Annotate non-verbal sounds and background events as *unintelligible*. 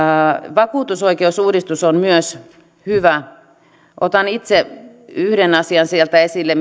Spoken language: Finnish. vakuutusoikeusuudistus on myös hyvä otan itse sieltä esille *unintelligible*